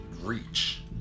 reach